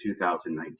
2019